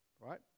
right